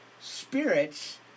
spirits